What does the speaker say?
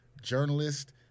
journalist